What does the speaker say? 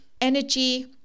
energy